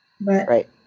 Right